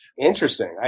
Interesting